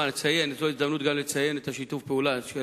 זו גם ההזדמנות לציין את שיתוף הפעולה של